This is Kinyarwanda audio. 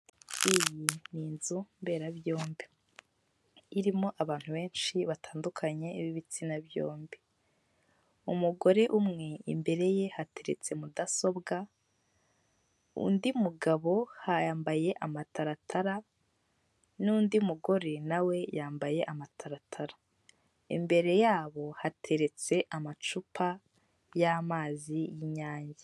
Iyi ni inzu mberabyombi, irimo abantu benshi batandukanye b'ibitsina byombi, umugore umwe imbere ye hateretse mudasobwa, undi mugabo yambaye amataratara, n'undi mugore na we yambaye amataratara, imbere yabo hateretse amacupa y'amazi y'inyange.